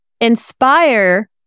Inspire